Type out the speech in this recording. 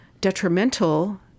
detrimental